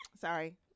sorry